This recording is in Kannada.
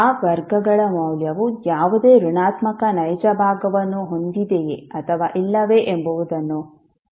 ಆ ವರ್ಗಗಳ ಮೌಲ್ಯವು ಯಾವುದೇ ಋಣಾತ್ಮಕ ನೈಜ ಭಾಗವನ್ನು ಹೊಂದಿದೆಯೆ ಅಥವಾ ಇಲ್ಲವೇ ಎಂಬುದನ್ನು ನೀವು ಗಮನಿಸಬೇಕು